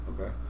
Okay